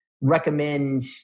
recommend